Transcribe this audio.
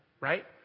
right